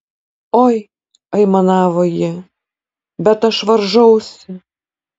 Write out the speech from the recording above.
oi aimanavo ji bet aš varžausi